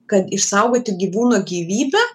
kad išsaugoti gyvūno gyvybę